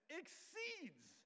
exceeds